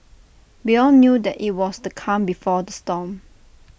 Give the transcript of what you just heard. we all knew that IT was the calm before the storm